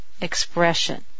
expression